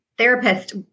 therapist